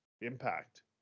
impact